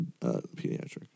pediatric